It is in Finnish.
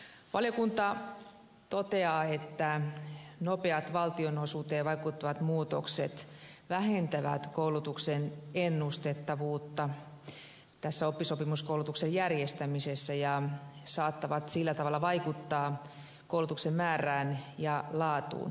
valiokunta toteaa että nopeat valtionosuuteen vaikuttavat muutokset vähentävät koulutuksen ennustettavuutta oppisopimuskoulutuksen järjestämisessä ja saattavat sillä tavalla vaikuttaa koulutuksen määrään ja laatuun